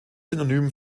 synonym